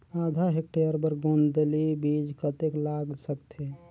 आधा हेक्टेयर बर गोंदली बीच कतेक लाग सकथे?